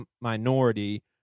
minority